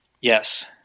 Yes